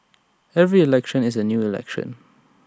every election is A new election